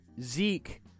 Zeke